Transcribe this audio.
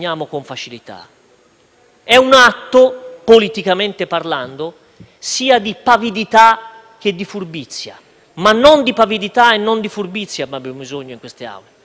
che di furbizia ma non di pavidità e non di furbizia abbiamo bisogno in queste Aule: avremmo bisogno di verità, di coraggio, di dibattito franco. Il Ministro,